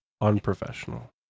unprofessional